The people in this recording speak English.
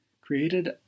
created